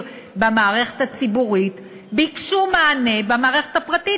במערכת הציבורית ביקשו מענה במערכת הפרטית,